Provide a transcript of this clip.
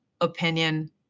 opinion